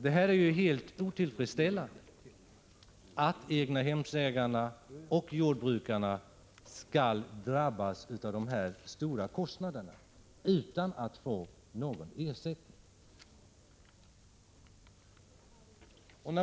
Det är helt otillfredsställande att egnahemsägarna och jordbrukarna skall drabbas av de här stora kostnaderna utan att få någon ersättning.